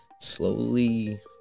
slowly